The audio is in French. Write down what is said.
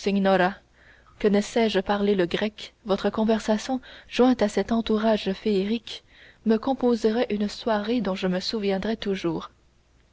que ne sais-je parler le grec votre conversation jointe à cet entourage féerique me composerait une soirée dont je me souviendrais toujours